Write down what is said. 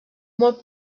molt